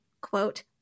quote